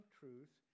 truth